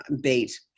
bait